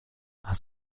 hast